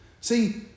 See